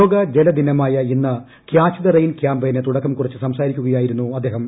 ലോക ജല ദിനമായ ഇന്ന് കൃാച്ച് ദ റെയിൻ കൃാമ്പയിന് തുടക്കം കുറിച്ച് സംസാരിക്കുകയായിരുന്നു അദ്ദേഹം